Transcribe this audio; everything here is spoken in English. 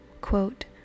quote